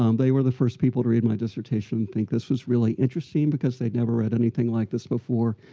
um they were the first people to read my dissertation and think this was really interesting, because they'd never read anything like this before.